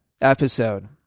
episode